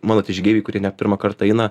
mano tie žygeiviai kurie ne pirmą kartą eina